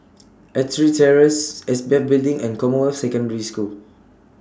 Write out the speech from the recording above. Ettrick Terrace S P F Building and Commonwealth Secondary School